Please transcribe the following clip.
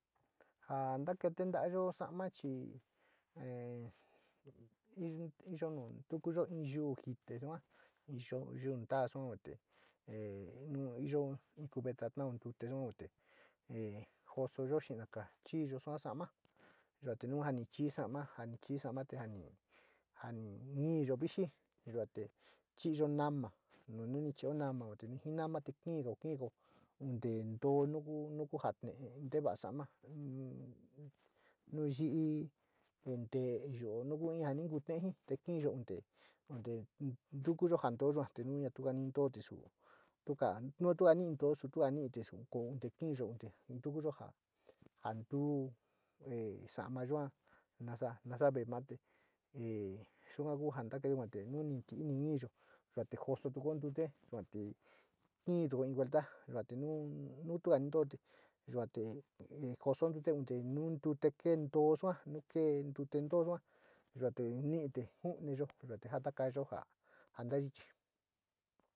Ja na katata´ayo sa´ma chi iyo nu ntukuyo in you jite yua yuu ntaa te nu iyo in cubeta kataa ntute yua e josoyo sina´aga chiiyo soa saoma yue te nun chiiyo soa saoma yeta nu ochii saomaro te nu yua mino viji yudite chiiyo nama mun diio nana te nome te kiko, kiko onte too moja tele te vada saoma nu yiji te nu tuka ntado te so tuka nu tuna nt too sutuu ntiko ku onte kiko, ntukuyo ja ja ntuu e saomaro yua nosa, nosa ve mana te e soka ku ja kaa kee ni niiyo sua te jesoftugo titute sua te kiito inlo westka yuu te tuna westka e yuate te joso ntute onte nu ntute kento sua, nu keentote te too yua te ni´i ju´uniyo yua te jataka´ayo ja ja vita ichi.